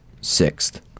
sixth